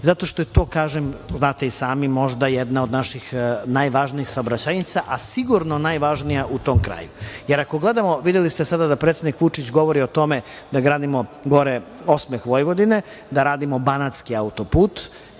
zato što je to, kažem, znate i sami, možda jedna od naših najvažnijih saobraćajnica, a sigurno najvažnija u tom kraju. Ako gledamo, videli ste sada da predsednik Vučić govori o tome da gradimo gore "Osmeh Vojvodine", da radimo Banatski autoput,